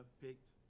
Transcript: picked